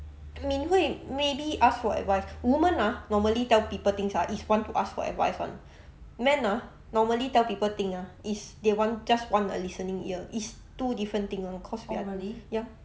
min hui maybe ask for advice women ah normally tell people things ah is want to ask for advice [one] men ah normally tell people thing ah is they want just want a listening ear it's two different thing [one] ya